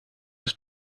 aus